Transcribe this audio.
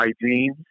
hygiene